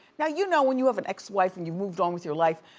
now you know when you have an ex-wife and you've moved on with your life,